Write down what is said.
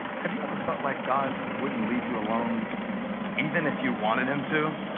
have you ever felt like god wouldn't leave you alone even if you wanted him to?